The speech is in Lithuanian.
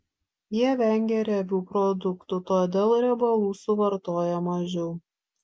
jie vengia riebių produktų todėl riebalų suvartoja mažiau